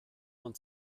man